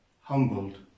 humbled